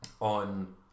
on